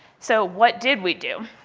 so what did we do?